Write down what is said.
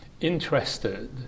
interested